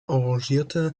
arrangierte